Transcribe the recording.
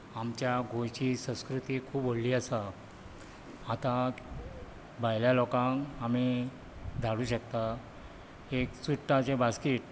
आमच्या गोंयची संस्कृती खूब व्हडली आसा आतां भायल्या लोकांक आमी धाडूंक शकतात एक चुडटाचें बासकेट